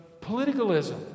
politicalism